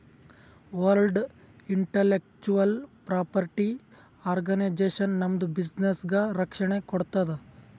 world intellectual property organisation ನಮ್ದು ಬಿಸಿನ್ನೆಸ್ಗ ರಕ್ಷಣೆ ಕೋಡ್ತುದ್